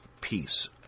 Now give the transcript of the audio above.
peace